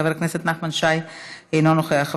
חבר הכנסת יוסי יונה,